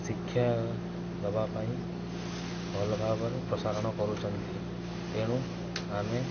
ଶିକ୍ଷା ଦେବା ପାଇଁ ଭଲ ଭାବରେ ପ୍ରସାରଣ କରୁଛନ୍ତି ତେଣୁ ଆମେ